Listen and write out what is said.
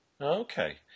Okay